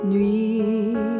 Nuit